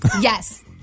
Yes